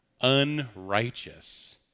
unrighteous